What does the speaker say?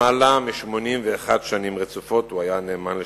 למעלה מ-81 שנים רצופות הוא היה נאמן לשליחותו.